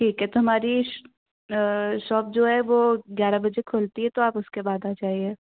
ठीक है तो हमारी शाॅप जो है वो ग्यारह बजे खुलती है तो आप उसके बाद आ जाइए